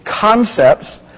concepts